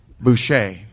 Boucher